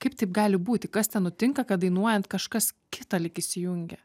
kaip taip gali būti kas ten nutinka kad dainuojant kažkas kita lyg įsijungia